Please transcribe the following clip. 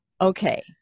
Okay